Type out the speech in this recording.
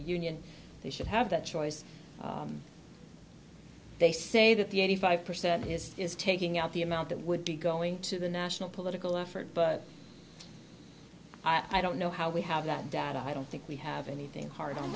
a union they should have that choice they say that the eighty five percent is is taking out the amount that would be going to the national political effort but i don't know how we have that data i don't think we have anything hard on